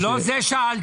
לא זה שאלתי.